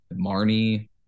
Marnie